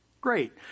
Great